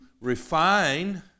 refine